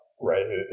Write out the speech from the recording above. right